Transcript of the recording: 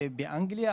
זה באנגליה,